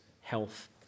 health